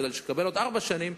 כדי לקבל בעוד ארבע שנים,